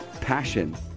passion